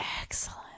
Excellent